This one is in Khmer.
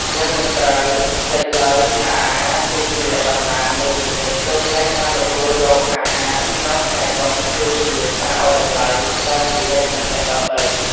យើងមិនត្រូវភ្លេចឡើយថាអាហារគឺជាតំណាងនៃជីវិត ដូច្នេះការទទួលយកអាហារក្នុងថ្ងៃបុណ្យគឺជាការឱ្យតម្លៃដល់ជីវិតនិងអ្នកដទៃ។